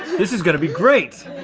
this is gonna be great!